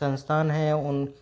संस्थान हैं उन